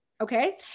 Okay